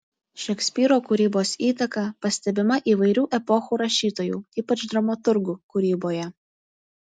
šekspyro kūrybos įtaka pastebima įvairių epochų rašytojų ypač dramaturgų kūryboje